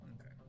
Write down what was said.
Okay